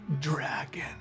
dragon